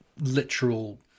literal